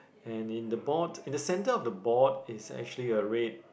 and in the board in the center of the board is actually a red